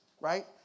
right